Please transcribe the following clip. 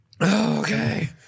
Okay